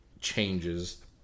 changes